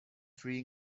three